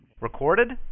Recorded